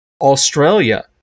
Australia